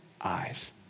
eyes